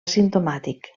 simptomàtic